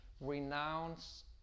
renounce